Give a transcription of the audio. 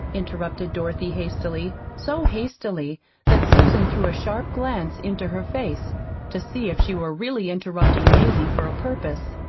interrupted dorothy hastily, so hastily that susan threw a sharp glance into her face to see if she were really interrupting mazie for a purpose.